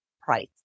price